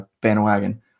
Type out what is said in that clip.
bandwagon